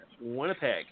Winnipeg